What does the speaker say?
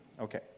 Okay